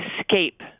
escape